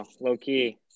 Low-key